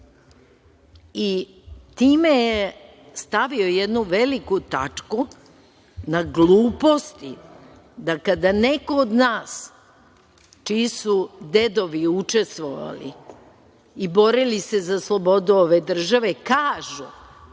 Time je stavio jednu veliku tačku na gluposti da kada neko od nas čiji su dedovi učestvovali i borili se za slobodu ovu države kažu